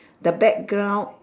the background